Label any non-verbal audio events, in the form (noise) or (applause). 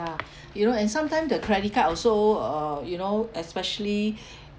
you know and sometime the credit card also uh you know especially (breath)